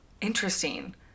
Interesting